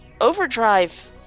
Overdrive